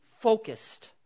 focused